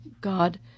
God